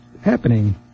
happening